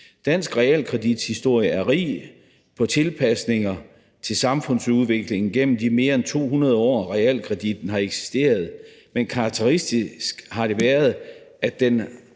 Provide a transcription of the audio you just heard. Dansk realkredits historie er rig på tilpasninger til samfundsudviklingen gennem de mere end 200 år, realkreditten har eksisteret, men det har været